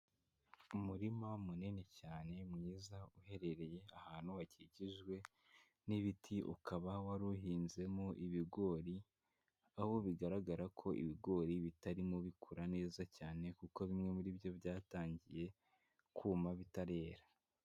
Umurima munini cyane mwiza uherereye ahantu hakikijwe n'ibiti, ukaba wari uhinzemo ibigori, aho bigaragara ko ibigori bitarimo bikura neza cyane kuko bimwe muri byo byatangiye kuma bitarera.